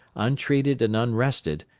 untreated and unrested,